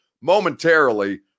momentarily